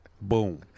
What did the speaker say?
Boom